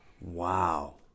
wow